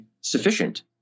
sufficient